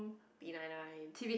B nine nine